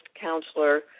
counselor